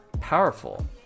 powerful